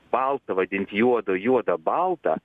baltą vadint juodu juodą balta